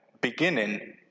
beginning